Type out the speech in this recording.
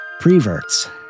Preverts